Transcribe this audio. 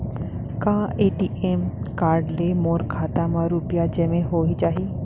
का ATM card ले मोर खाता म रुपिया जेमा हो जाही?